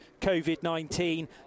COVID-19